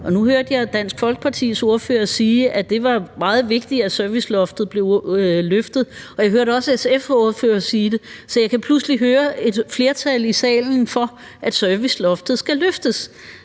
jeg hørte Dansk Folkepartis ordfører sige, at det var meget vigtigt, at serviceloftet blev løftet, og jeg hørte også SF's ordfører sige det. Så jeg kan pludselig høre et flertal i salen for, at serviceloftet skal løftes.